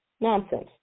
Nonsense